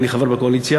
כי אני חבר בקואליציה,